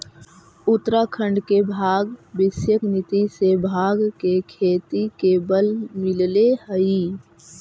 उत्तराखण्ड के भाँग विषयक नीति से भाँग के खेती के बल मिलले हइ